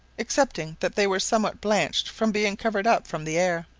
excepting that they were somewhat blanched, from being covered up from the air.